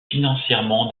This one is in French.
financièrement